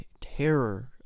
terror